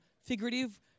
figurative